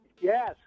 Yes